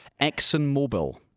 ExxonMobil